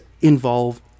involve